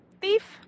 Thief